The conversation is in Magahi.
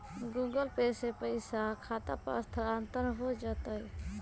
गूगल पे से पईसा खाता पर स्थानानंतर हो जतई?